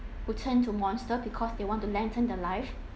who turn to monster because they want to lengthen the life